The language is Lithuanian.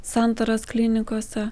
santaros klinikose